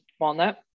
walnut